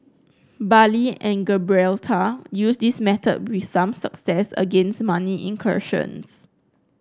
Bali and Gibraltar used this method with some success against money incursions